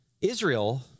Israel